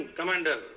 Commander